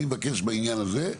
אני מבקש בעניין הזה,